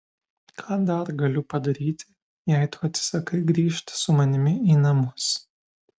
ką dar galiu padaryti jei tu atsisakai grįžt su manimi į namus